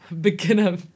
beginner